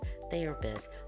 therapists